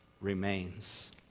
remains